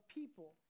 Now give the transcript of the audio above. people